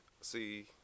see